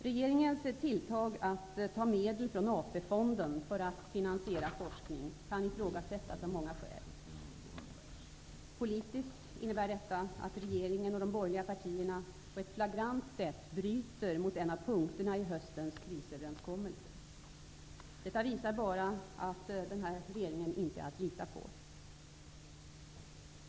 Regeringens tilltag att ta medel från AP-fonden för att finansiera forskning kan ifrågasättas av många skäl. Politiskt innebär detta att regeringen och de borgerliga partierna på ett flagrant sätt bryter mot en av punkterna i höstens krisöverenskommelse. Detta visar bara att den här regeringen inte är att lita på.